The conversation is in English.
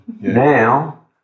Now